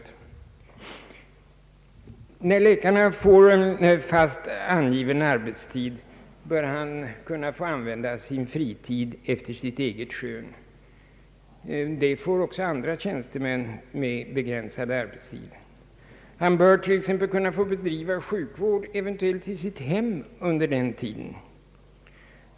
När läkaren får fast angiven arbetstid, bör han kunna få använda sin fritid efter eget skön. Det får andra tjänstemän med begränsad arbetstid. Han bör t.ex. kunna få bedriva sjukvård, eventuellt i sitt hem, under den tiden.